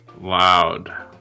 Loud